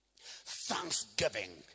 Thanksgiving